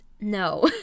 no